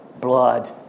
blood